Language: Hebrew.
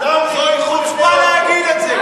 זוהי חוצפה להגיד את זה.